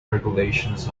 regulations